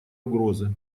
угрозы